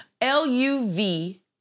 L-U-V